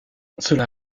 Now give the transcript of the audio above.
cela